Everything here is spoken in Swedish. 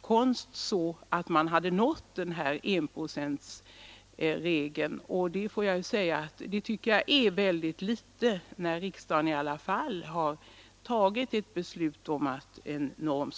konst så att man hade uppfyllt enprocentsregeln. Jag måste säga att det är väldigt litet, när riksdagen i alla fall har tagit ett beslut om en norm.